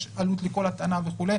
יש עלות לכל הטענה וכו'.